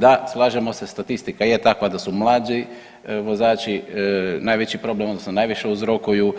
Da, slažemo se statistika je takva da su mlađi vozači najveći problem, odnosno najviše uzrokuju